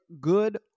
good